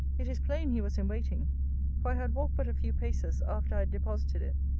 it is plain he was in waiting for i had walked but a few paces, after i had deposited it,